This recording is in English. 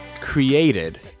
created